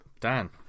Dan